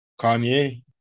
Kanye